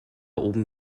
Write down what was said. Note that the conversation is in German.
oben